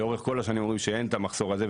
לאורך כל השנים אומרים שאין את המחסור הזה,